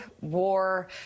war